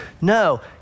No